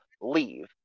leave